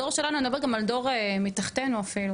הדור שלנו, אני מדברת גם על דור מתחתינו אפילו.